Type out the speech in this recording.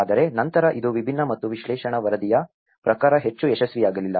ಆದರೆ ನಂತರ ಇದು ವಿಭಿನ್ನ ಮತ್ತು ವಿಶ್ಲೇಷಣಾ ವರದಿಯ ಪ್ರಕಾರ ಹೆಚ್ಚು ಯಶಸ್ವಿಯಾಗಲಿಲ್ಲ